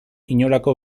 inolako